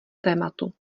tématu